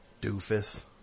doofus